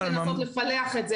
יש אפשרות לנסות לפלח את זה,